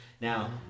Now